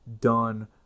done